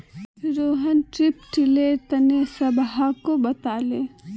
Rohan strip tiller तने सबहाको बताले